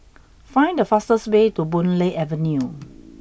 find the fastest way to Boon Lay Avenue